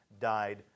died